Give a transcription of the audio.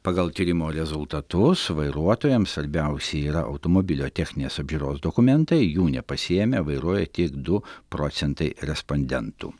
pagal tyrimo rezultatus vairuotojams svarbiausia yra automobilio techninės apžiūros dokumentai jų nepasiėmę vairuoja tik du procentai respondentų